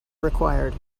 required